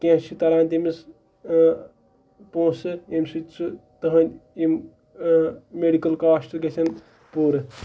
کینٛہہ چھِ تَران تٔمِس پونٛسہٕ ییٚمہِ سۭتۍ سُہ تٕہٕنٛدۍ یِم میڈِکٕل کاسٹ گژھن پوٗرٕ